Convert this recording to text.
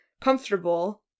comfortable